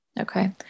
Okay